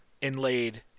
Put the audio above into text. inlaid